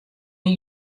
myn